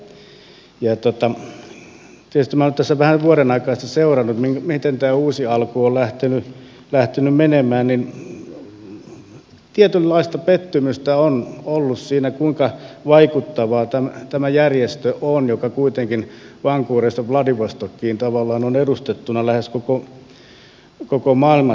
tietysti kun minä olen tässä nyt vähän vuoden aikana seurannut miten tämä uusi alku on lähtenyt menemään niin tietynlaista pettymystä on ollut siihen nähden kuinka vaikuttava tämä järjestö on jossa kuitenkin vancouverista vladivostokiin tavallaan on edustettuna lähes koko maailma